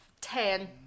ten